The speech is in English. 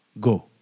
go